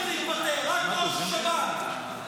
הוא לא צריך להתפטר, רק ראש השב"כ.